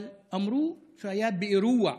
אבל אמרו שהוא היה באירוע של,